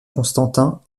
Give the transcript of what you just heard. constantin